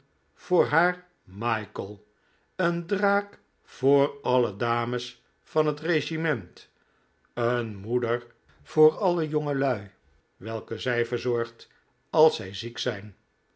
voor haar michael een draak voor alle dames van het regiment een moeder voor alle jongelui welke zij verzorgt as zij ziek zijn